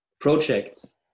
projects